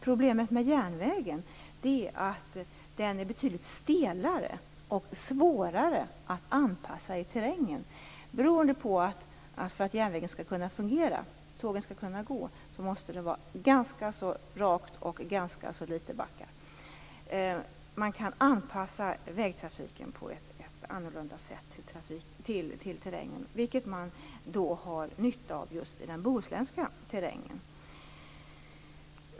Problemet med järnvägen är att den är betydligt stelare och svårare att anpassa till terrängen. För att järnvägen skall kunna fungera, för att tågen skall kunna gå, måste det nämligen vara ganska rakt och ganska litet backar. Man kan anpassa vägtrafiken på ett annorlunda sätt till terrängen, vilket man har nytta av i just den bohuslänska terrängen.